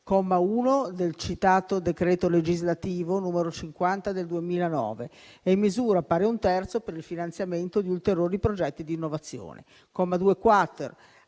comma 1, del citato decreto legislativo n. 150 del 2009 e in misura pari ad un terzo per il finanziamento di ulteriori progetti di innovazione. 2-*quater*.